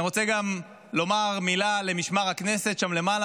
אני רוצה גם לומר מילה למשמר הכנסת שם למעלה,